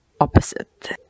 opposite